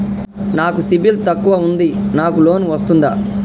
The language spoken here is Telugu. నాకు సిబిల్ తక్కువ ఉంది నాకు లోన్ వస్తుందా?